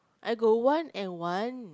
I got one and one